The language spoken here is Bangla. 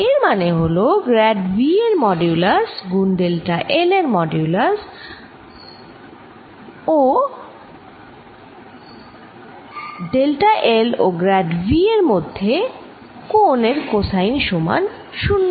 এর মানে হল গ্র্যাড V এর মডিউলাস গুণ ডেল্টা l এর মডিউলাস গুণ ডেল্টা l ও গ্র্যাড V এর মধ্যের কোণ এর কোসাইন সমান 0